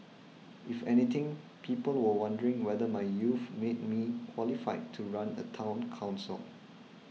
if anything people were wondering whether my youth made me qualified to run a Town Council